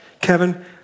Kevin